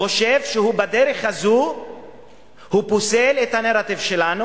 חושב שבדרך הזו הוא פוסל את הנרטיב שלנו.